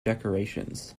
decorations